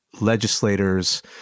legislators